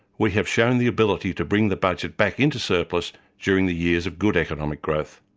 we have shown the ability to bring the budget back into surplus during the years of good economic growth.